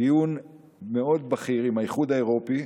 דיון מאוד בכיר עם האיחוד האירופי,